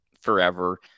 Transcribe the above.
forever